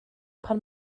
pan